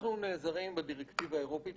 אנחנו נעזרים בדירקטיבה האירופאית,